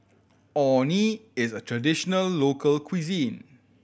Orh Nee is a traditional local cuisine